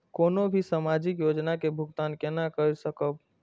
कोनो भी सामाजिक योजना के भुगतान केना कई सकब?